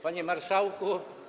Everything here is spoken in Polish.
Panie Marszałku!